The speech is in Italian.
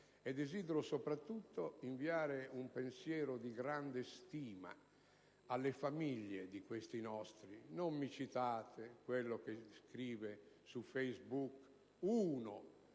Desidero soprattutto inviare un pensiero di grande stima alle famiglie di questi nostri soldati. Non mi citate quello che scrive su *Facebook*, uno